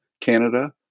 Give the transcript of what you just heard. Canada